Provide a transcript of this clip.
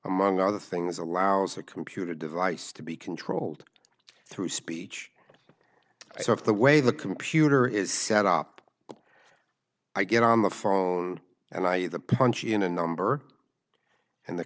among other things allows a computer device to be controlled through speech so if the way the computer is set up i get on the phone and i punch in a number and the